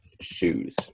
Shoes